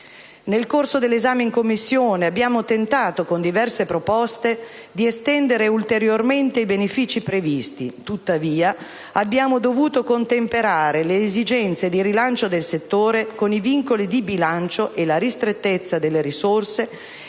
Nel corso dell'esame in Commissione abbiamo tentato, con diverse proposte, di estendere ulteriormente i benefici previsti. Tuttavia, abbiamo dovuto contemperare le esigenze di rilancio del settore con i vincoli di bilancio e la ristrettezza delle risorse